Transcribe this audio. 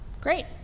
Great